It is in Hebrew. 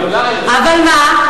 אבל מה?